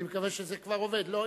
אני מקווה שזה כבר עובד, לא?